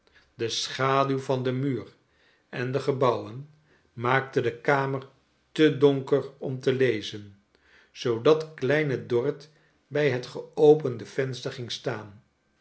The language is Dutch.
de schaduw van den muur en de gebouwen maakte de kamer te donker om te lezen zoodat kleine dorrit bij het geopende venster ging staan